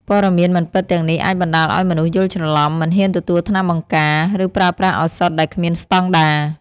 ព័ត៌មានមិនពិតទាំងនេះអាចបណ្តាលឲ្យមនុស្សយល់ច្រឡំ មិនហ៊ានទទួលថ្នាំបង្ការ ឬប្រើប្រាស់ឱសថដែលគ្មានស្តង់ដារ។